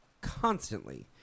constantly